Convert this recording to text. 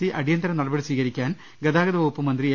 C അടിയന്തര നടപടി സ്വീകരിക്കാൻ ഗതാഗത വകുപ്പ് മന്ത്രി എ